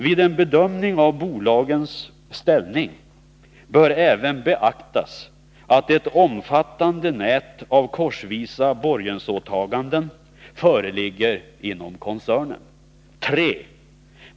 Vid en bedömning av bolagens ställning bör även beaktas att ett omfattande nät av korsvisa borgensåtaganden föreligger inom koncernen. 3.